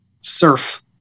surf